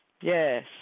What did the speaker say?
Yes